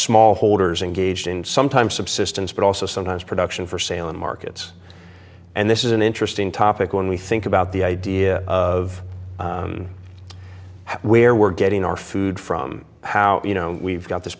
small holders engaged in sometimes subsistence but also sometimes production for sale in markets and this is an interesting topic when we think about the idea of where we're getting our food from how you know we've got this